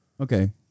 Okay